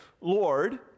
Lord